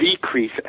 decrease